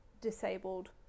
disabled